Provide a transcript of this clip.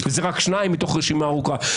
וזה רק שניים מתוך רשימה ארוכה.